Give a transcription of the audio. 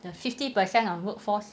the fifty per cent of workforce